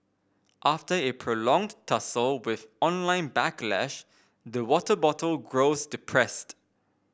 after a prolonged tussle with online backlash the water bottle grows depressed